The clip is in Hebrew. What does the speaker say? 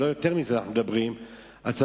אנחנו לא מדברים על יותר מזה,